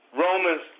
Romans